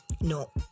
No